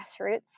grassroots